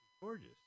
gorgeous